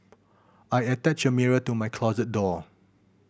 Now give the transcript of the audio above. I attached a mirror to my closet door